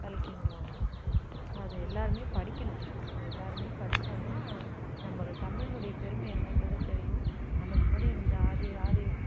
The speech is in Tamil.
கல்கின்றவங்க அதை எல்லாருமே படிக்கணும் அது எல்லாருமே படிச்சோம்னா நம்பள தமிழனுடைய பெருமை என்னன்றது தெரியும் நமக்கு முன்னாடி இருந்த ஆதி ஆதி